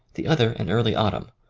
the other in early autumn.